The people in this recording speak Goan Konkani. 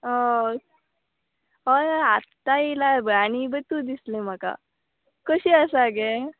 हय हय हय आत्तां येयलां हें हय आनी ही बय तूं दिसलें म्हाका कशी आसा गे